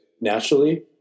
naturally